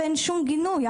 ואין שום גינוי.